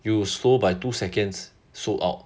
you lose by two seconds sold out